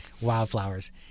wildflowers